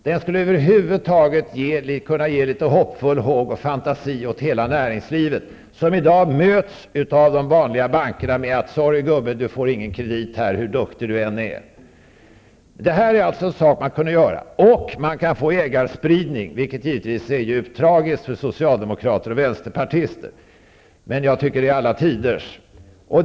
Den skulle över huvud taget kunna ge litet hoppfull håg och fantasi åt hela näringslivet -- som i dag möts av de vanliga bankerna med ''sorry, gubbe, du får ingen kredit här, hur duktig än är''. Det här är alltså en sak som man kunde göra. Och man kan få ägarspridning, vilket givetvis är djupt tragiskt för socialdemokrater och vänsterpartister -- men jag tycker att det är alla tiders.